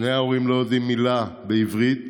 שני ההורים לא יודעים מילה בעברית.